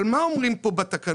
אבל מה אומרים פה בתקנות?